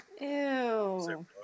Ew